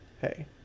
hey